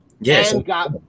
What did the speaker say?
Yes